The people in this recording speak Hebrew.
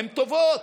הן טובות.